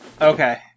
Okay